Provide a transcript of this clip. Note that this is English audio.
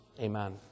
Amen